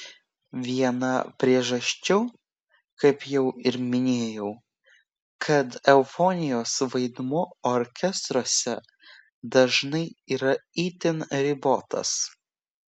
viena priežasčių kaip jau ir minėjau kad eufonijos vaidmuo orkestruose dažnai yra itin ribotas